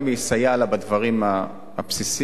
גם יסייע לה בדברים הבסיסיים,